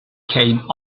came